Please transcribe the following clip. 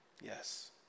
Yes